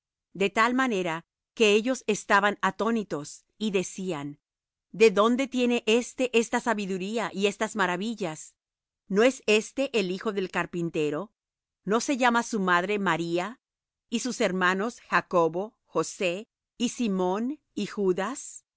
de tal manera que ellos estaban atónitos y decían de dónde tiene éste esta sabiduría y estas maravillas no es éste el hijo del carpintero no se llama su madre maría y sus hermanos jacobo y josé y simón y judas